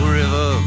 river